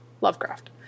Lovecraft